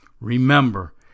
Remember